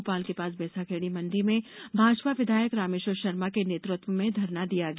भोपाल के पास भेंसाखेड़ी मंडी में भाजपा विधायक रामेश्वर शर्मा के नेतृत्व में धरना दिया गया